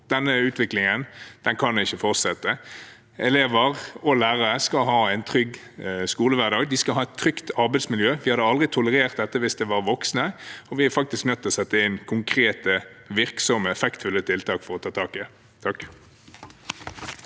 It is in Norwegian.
denne utviklingen kan ikke fortsette. Elever og lærere skal ha en trygg skolehverdag, de skal ha et trygt arbeidsmiljø. Vi hadde aldri tolerert dette hvis det var voksne, og vi er faktisk nødt til å sette inn konkrete, virksomme, effektfulle tiltak for å ta tak i det.